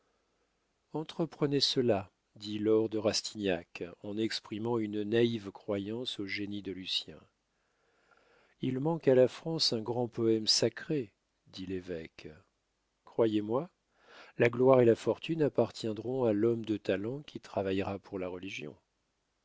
entreprenez cela dit laure de rastignac en exprimant une naïve croyance au génie de lucien il manque à la france un grand poème sacré dit l'évêque croyez-moi la gloire et la fortune appartiendront à l'homme de talent qui travaillera pour la religion